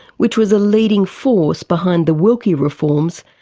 which was a leading force behind the wilkie reforms,